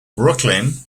brooklyn